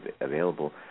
available